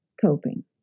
coping